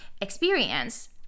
experience